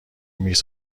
میز